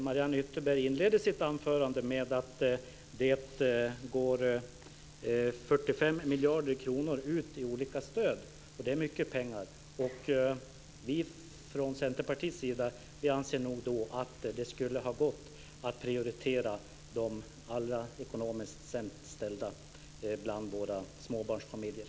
Mariann Ytterberg inledde sitt anförande med att säga att det går ut 45 miljarder i olika stöd. Det är mycket pengar. Vi anser från Centerpartiets sida att det skulle ha gått att prioritera de ekonomiskt allra sämst ställda bland småbarnsfamiljerna.